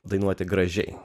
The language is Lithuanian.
dainuoti gražiai